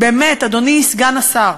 באמת, אדוני סגן השר,